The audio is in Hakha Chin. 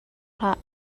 hlah